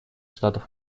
штатов